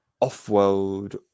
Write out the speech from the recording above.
off-world